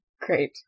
Great